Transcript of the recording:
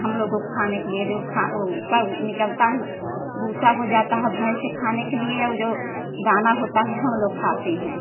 हम लोगों को खाने के लिए जो ओ उसका वह निकलता है भूसा हो जाता है भैंस के खाने के लिए और जो दाना होता है हम लोग खाते हैं